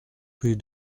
rue